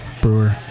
Brewer